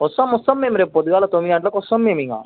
వస్తాం వస్తాం మేము రేపు పొద్దుగల తొమ్మిది గంటలకు వస్తాం మేము ఇక